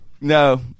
no